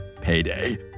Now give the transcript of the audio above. payday